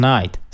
Night